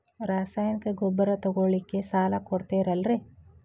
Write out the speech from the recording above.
ರಾಸಾಯನಿಕ ಗೊಬ್ಬರ ತಗೊಳ್ಳಿಕ್ಕೆ ಸಾಲ ಕೊಡ್ತೇರಲ್ರೇ?